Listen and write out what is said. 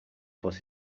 what